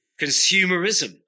consumerism